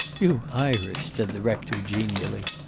you irish! said the rector, genially.